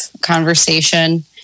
conversation